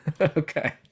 Okay